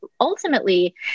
ultimately